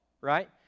right